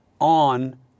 on